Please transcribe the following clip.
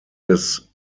des